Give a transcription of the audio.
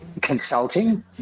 consulting